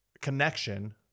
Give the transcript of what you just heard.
connection